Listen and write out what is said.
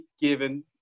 given